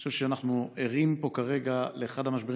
אני חושב שאנחנו ערים פה כרגע לאחד המשברים